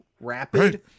rapid